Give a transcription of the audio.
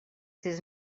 sis